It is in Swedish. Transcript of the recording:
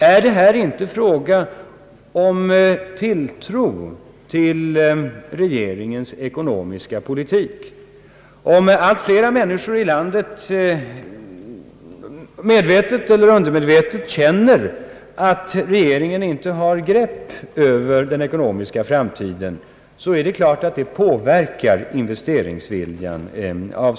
är inte det hela en fråga om tilltro till regeringens ekonomiska politik? Om allt flera människor i landet medvetet eller undermedvetet känner att regeringen inte har grepp över den ekonomiska framtiden, så är det klart att detta avsevärt påverkar investeringsviljan.